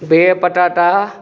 बिह पटाटा